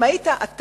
אם היית אתה,